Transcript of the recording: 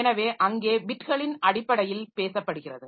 எனவே அங்கே பிட்களின் அடிப்படையில் பேசப்படுகிறது